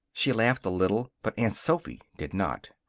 she laughed a little. but aunt sophy did not.